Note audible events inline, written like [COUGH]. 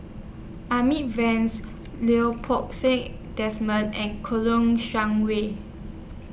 Amy Van [UNINTELLIGIBLE] Lau Poo Seng Desmond and Kouo Long Shang Wei